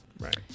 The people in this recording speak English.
Right